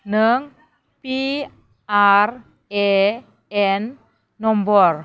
नों P R A N number